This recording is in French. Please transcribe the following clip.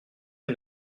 aux